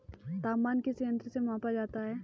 तापमान किस यंत्र से मापा जाता है?